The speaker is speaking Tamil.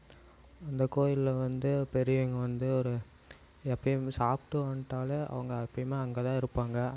அந்த கோயிலில் வந்து பெரியவங்க வந்து ஒரு எப்போயும் சாப்பிட்டு வந்துட்டாலே அவங்க எப்போயுமே அங்கே தான் இருப்பாங்க